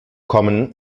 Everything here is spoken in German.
kommen